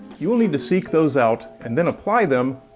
you will need to seek those out, and then apply them,